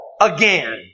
again